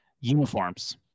uniforms